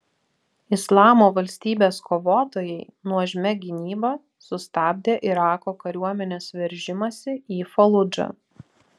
islamo valstybės kovotojai nuožmia gynyba sustabdė irako kariuomenės veržimąsi į faludžą